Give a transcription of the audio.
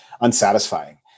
unsatisfying